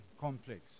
complex